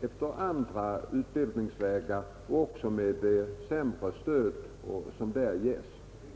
efter andra utbildningsvägar med det mindre utvecklade stöd som där ges.